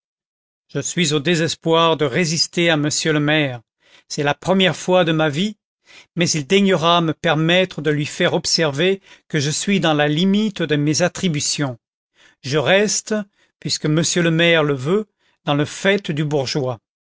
je suis au désespoir de résister à monsieur le maire c'est la première fois de ma vie mais il daignera me permettre de lui faire observer que je suis dans la limite de mes attributions je reste puisque monsieur le maire le veut dans le fait du bourgeois